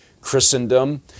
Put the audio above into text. Christendom